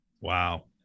Wow